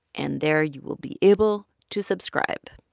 and there you will be able to subscribe.